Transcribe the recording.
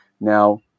Now